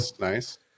nice